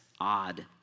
odd